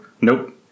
Nope